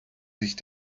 sich